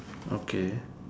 okay